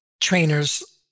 trainers